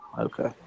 Okay